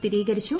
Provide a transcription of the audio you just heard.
സ്ഥിരീകരിച്ചു